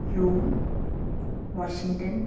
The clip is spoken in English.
Rome Washington